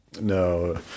No